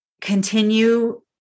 continue